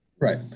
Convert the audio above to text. Right